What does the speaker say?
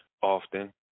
often